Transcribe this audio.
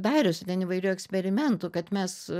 darius ten įvairių eksperimentų kad mes